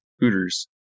Hooters